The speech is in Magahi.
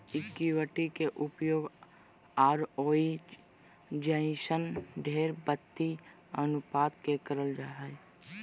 इक्विटी के उपयोग आरओई जइसन ढेर वित्तीय अनुपात मे करल जा हय